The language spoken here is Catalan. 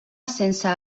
sense